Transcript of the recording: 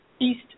East